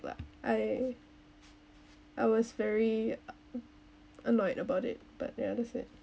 I I was very annoyed about it but ya that's it